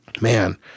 man